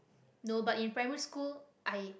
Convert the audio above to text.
no but in primary school i